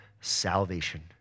salvation